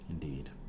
Indeed